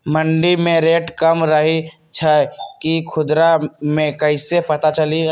मंडी मे रेट कम रही छई कि खुदरा मे कैसे पता चली?